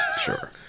sure